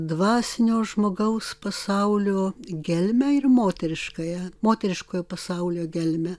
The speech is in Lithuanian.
dvasinio žmogaus pasaulio gelmę ir moteriškąją moteriškojo pasaulio gelmę